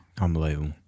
Unbelievable